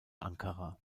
ankara